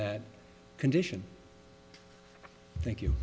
that condition thank you